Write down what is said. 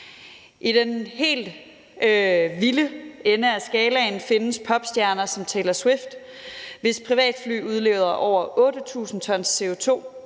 I den helt vilde ende af skalaen findes popstjerner som Taylor Swift, hvis privatfly udledte over 8.000 t CO2